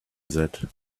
that